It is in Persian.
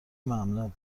ممنون